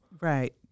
Right